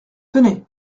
tenez